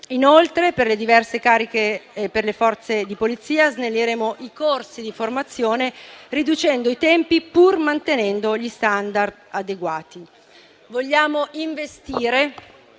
Inoltre, per le diverse Forze di polizia, snelliremo i corsi di formazione, riducendo i tempi, pur mantenendo *standard* adeguati.